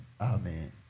amen